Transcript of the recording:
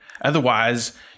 Otherwise